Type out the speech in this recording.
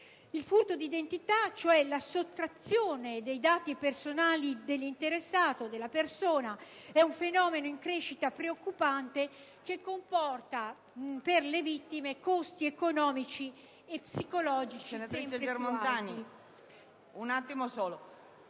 Il furto di identità, cioè la sottrazione di dati personali dell'interessato, è un fenomeno in crescita preoccupante, che comporta per le vittime costi economici e psicologici sempre più alti.